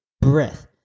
breath